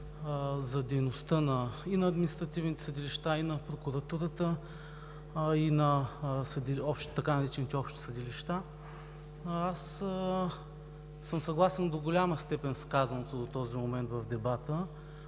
за дейността и на административните съдилища, и на прокуратурата, и на така наречените общи съдилища. Аз съм съгласен до голяма степен с казаното до този момент в дебата